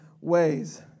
ways